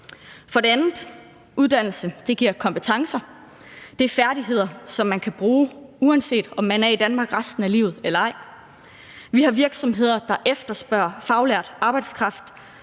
styrker det uddannelsen. Det giver kompetencer, og det er færdigheder, som man kan bruge, uanset om man er i Danmark resten af livet eller ej. Vi har virksomheder, der efterspørger faglært arbejdskraft,